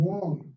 one